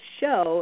show